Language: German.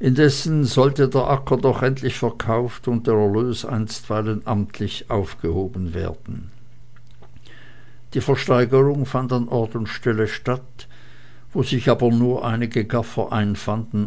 indessen sollte der acker doch endlich verkauft und der erlös einstweilen amtlich aufgehoben werden die versteigerung fand an ort und stelle statt wo sich aber nur einige gaffer einfanden